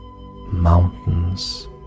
mountains